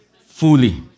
fully